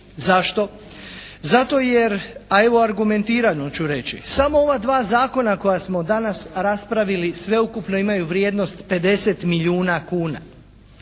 Zašto? Zato jer, a evo argumentirano ću reći. Samo ova dva zakona koja smo danas raspravili sveukupno imaju vrijednost 50 milijuna kuna.